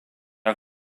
are